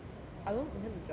I don't intend to drive